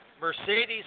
Mercedes